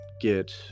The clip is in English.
get